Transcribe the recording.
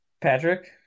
Patrick